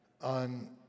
on